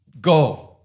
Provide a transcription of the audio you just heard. go